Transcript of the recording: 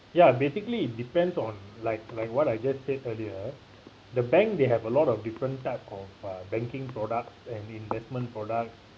ya basically depends on like like what I just said earlier the bank they have a lot of different types of uh banking products and investment product